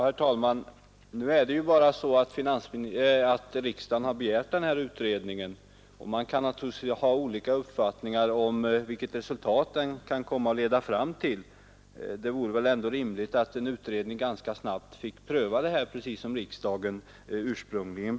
Herr talman! Riksdagen har ju begärt denna utredning. Man kan naturligtvis ha olika uppfattningar om vilket resultat den kan komma att leda fram till, men det vore väl ändå rimligt att en utredning ganska snabbt fick pröva denna fråga, vilket riksdagen har begärt.